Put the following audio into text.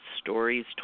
stories